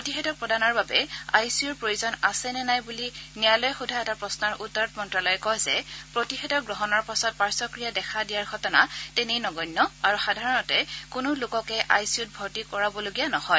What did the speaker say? প্ৰতিষেধক প্ৰদানৰ বাবে আই চি ইউৰ প্ৰয়োজন আছে নে নাই বুলি ন্যায়ালয়ে সোধা এটা প্ৰশ্নৰ উত্তৰত মন্ত্যালয়ে কয় যে প্ৰতিষেধক গ্ৰহণৰ পাছত পাৰ্যক্ৰিয়া দেখা দিয়াৰ ঘটনা তেনেই নগণ্য আৰু সাধাৰণতে কোনো লোককে আই চি ইউত ভৰ্তি কৰাবলগীয়া নহয়